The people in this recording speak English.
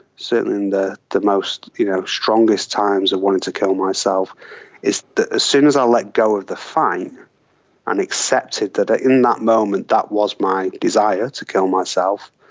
certainly in the the most you know strongest times of want to to kill myself is that as soon as i let go of the fight and accepted that ah in that moment that was my desire, to kill myself,